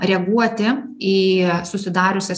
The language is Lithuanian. reaguoti į susidariusią